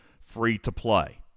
free-to-play